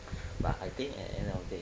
but I think at the end of the day